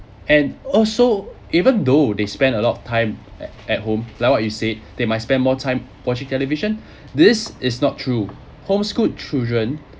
and also even though they spend a lot of time at at home like what you said they might spend more time watching television this is not true homeschooled children